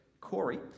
Corey